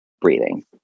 breathing